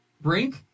brink